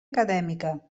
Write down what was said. acadèmica